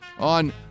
on